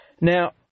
Now